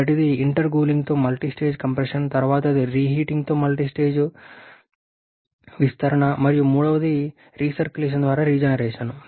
మొదటిది ఇంటర్కూలింగ్తో multistage compression తర్వాతది రీహీటింగ్తో మల్టీస్టేజ్ విస్తరణ మరియు మూడవది రీసర్క్యులేషన్ లేదా రీజెనరేషన్